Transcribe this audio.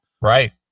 Right